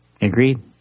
Agreed